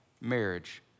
marriage